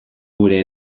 gure